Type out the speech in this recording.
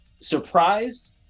surprised